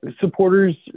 supporters